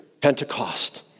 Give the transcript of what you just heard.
Pentecost